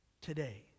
Today